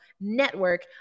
Network